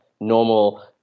Normal